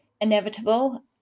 inevitable